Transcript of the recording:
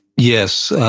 yes,